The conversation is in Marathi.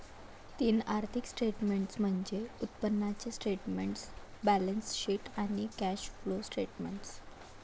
तीन आर्थिक स्टेटमेंट्स म्हणजे उत्पन्नाचे स्टेटमेंट, बॅलन्सशीट आणि कॅश फ्लो स्टेटमेंट